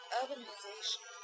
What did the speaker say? urbanization